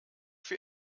für